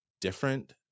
different